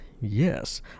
Yes